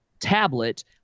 tablet